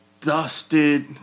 dusted